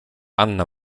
anna